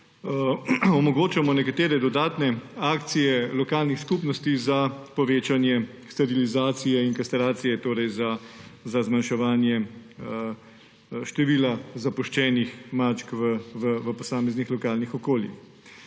omogočamo nekatere dodatne akcije lokalnih skupnosti za povečanje sterilizacije in kastracije, torej za zmanjševanje števila zapuščenih mačk v posameznih lokalnih okoljih.